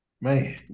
Man